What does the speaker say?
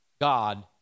God